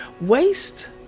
Waste